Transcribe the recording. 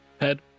head